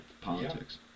politics